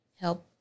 help